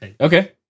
Okay